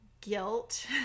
guilt